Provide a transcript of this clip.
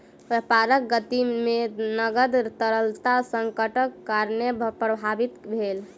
व्यापारक गति में नकद तरलता संकटक कारणेँ प्रभावित भेल